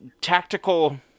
Tactical